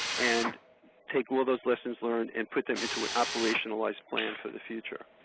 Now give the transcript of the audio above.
and take all those lessons learned and put them into an operationalized plan for the future.